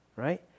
right